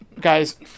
Guys